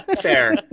Fair